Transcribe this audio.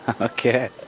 Okay